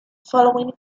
following